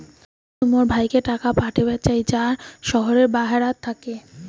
মুই মোর ভাইকে টাকা পাঠাবার চাই য়ায় শহরের বাহেরাত থাকি